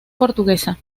portuguesa